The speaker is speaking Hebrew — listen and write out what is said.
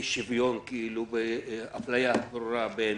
ועל זה שיש אי שוויון ואפליה ברורה בין